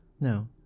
No